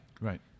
Right